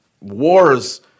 wars